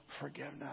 forgiveness